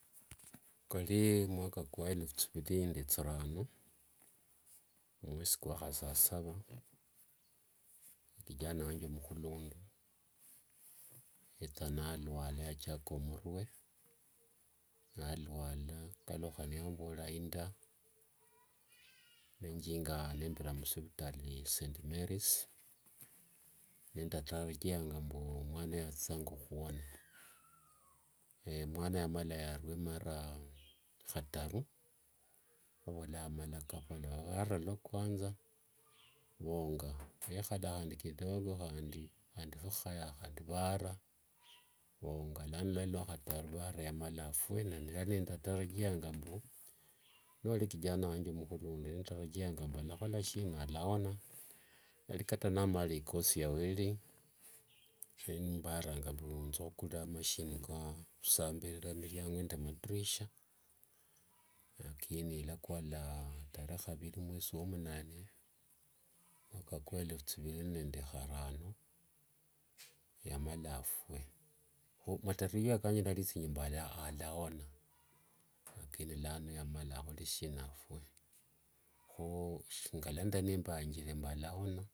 kwali mwaka kwa elefu thiviri nende thirano, mwesi kwakhesasava, kijana wange mkhulundu, yetha naluala. Yachaka murue nalwala, nakaluhya nambore inda. nenjinga nembira musivitali saint mary's, nendecharajianga mbu mwana oyo athithanga khuona. mwana yamala yarue mara khataru. Vara luakwanza, nivonga, yekhala kidogo handi phikhaya, handi vara vonga. Nano luali luakhataru vara yamala afue. Nendali nendarajianga mbu, niwali kijana wange mkhulundu, ndari ndarajianga mbu yalakhola sina yala ona. Yali kata namalile icourse ya welding, nembaranga mbu thukhukulira machine kakhusambirira miliango nde madirisha. lakini luokola tare khaviri mwosi womunane mwaka kwa elefu thiviri nende kharano yamala afue. Khu matarajio kange ndalithingi mbu yalaona. lakini lano yamala afue. Khu ngandali nimbanjire mbu yalaona,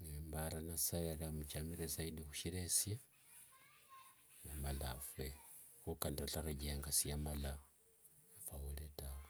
nembera mbu nasaye yali amuchamire zaidi khushirieshe, kho kindatarajianga siamala afaule tawe.